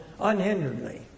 unhinderedly